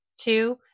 Two